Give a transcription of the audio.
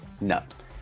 nuts